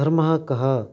धर्मः कः